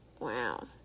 Wow